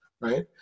right